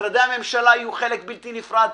משרדי הממשלה יהיו חלק בלתי נפרד.